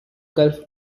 gulf